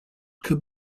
could